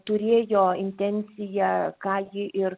turėjo intenciją ką ji ir